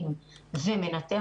הילדים,